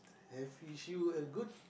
have you should a good